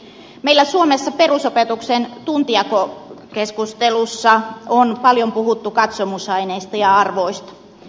meillä suomessa perusopetuksen tuntijakokeskustelussa on paljon puhuttu katsomusaineista ja arvoista